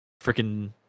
freaking